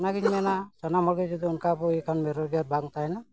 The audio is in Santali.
ᱚᱱᱟᱜᱤᱧ ᱢᱮᱱᱟ ᱥᱟᱱᱟᱢ ᱦᱚᱲ ᱜᱮ ᱡᱩᱫᱤ ᱚᱱᱠᱟ ᱵᱚᱱ ᱵᱮᱨᱳᱡᱽᱜᱟᱨ ᱵᱟᱝ ᱛᱟᱦᱮᱱᱟ